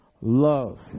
love